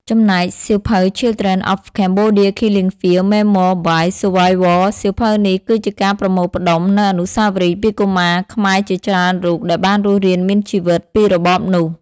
ចំណែក សៀវភៅ Children of Cambodia’s Killing Fields: Memoirs by Survivors សៀវភៅនេះគឺជាការប្រមូលផ្តុំនូវអនុស្សាវរីយ៍ពីកុមារខ្មែរជាច្រើនរូបដែលបានរស់រានមានជីវិតពីរបបនោះ។